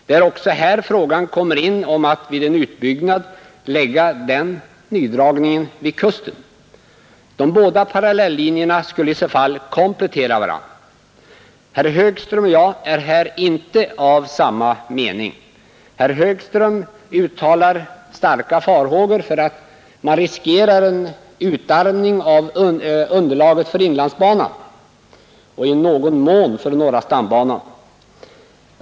Det är också här frågan kommer in om att vid en utbyggnad lägga nydragningen vid kusten. De båda parallellinjerna skulle i så fall komplettera varandra. Herr Högström och jag är här inte av samma 79 mening. Herr Högström uttalar starka farhågor för att man riskerar en utarmning av underlaget för inlandsbanan och i någon mån för norra stambanan.